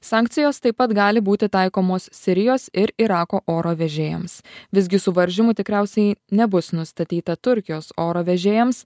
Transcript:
sankcijos taip pat gali būti taikomos sirijos ir irako oro vežėjams visgi suvaržymų tikriausiai nebus nustatyta turkijos oro vežėjams